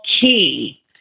key